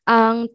ang